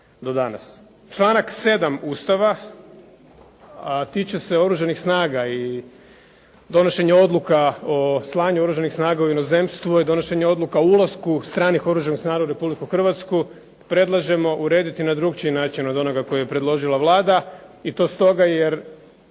Članak 7. Ustava, a tiče se oružanih snaga, i donošenje odluka o slanju oružanih snaga u inozemstvo i donošenje odluka o ulasku stranih oružanih snaga u Republiku Hrvatsku, predlažemo urediti na drukčiji način od onoga koji je predložila Vlada i to stoga jer